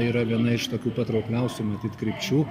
yra viena iš tokių patraukliausių matyt krypčių